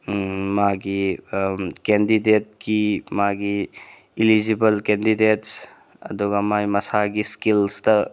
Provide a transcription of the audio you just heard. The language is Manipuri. ꯃꯥꯒꯤ ꯀꯦꯟꯗꯤꯗꯦꯠꯀꯤ ꯃꯥꯒꯤ ꯏꯂꯤꯖꯤꯕꯜ ꯀꯦꯟꯗꯤꯗꯦꯠꯁ ꯑꯗꯨꯒ ꯃꯥꯒꯤ ꯃꯁꯥꯒꯤ ꯏꯁꯀꯤꯜꯁꯇ